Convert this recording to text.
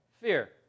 Fear